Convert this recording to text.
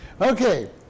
Okay